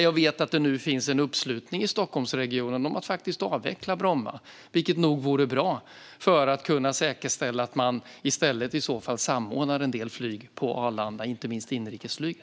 Jag vet att det nu finns en uppslutning i Stockholmsregionen om att faktiskt avveckla Bromma, vilket nog vore bra för att på så vis kunna säkerställa att man i stället samordnar en del flyg på Arlanda, inte minst inrikesflyget.